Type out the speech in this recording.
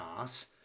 ass